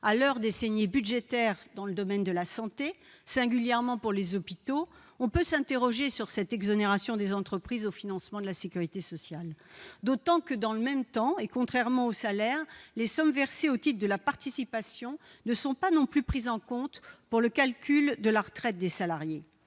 À l'heure des saignées budgétaires dans le domaine de la santé, singulièrement au détriment des hôpitaux, on peut s'interroger sur cette exonération des entreprises concernant le financement de la sécurité sociale, d'autant que, contrairement aux salaires, les sommes versées au titre de la participation ne sont pas non plus prises en compte pour le calcul de la retraite des salariés.